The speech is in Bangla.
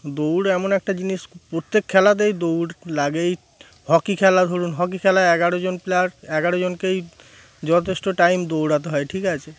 দৌড় এমন একটা জিনিস প্রত্যেক খেলাতেই দৌড় লাগেই হকি খেলা ধরুন হকি খেলায় এগারো জন প্লেয়ার এগারো জনকেই যথেষ্ট টাইম দৌড়াতে হয় ঠিক আছে